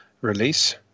release